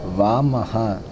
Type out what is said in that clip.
वामः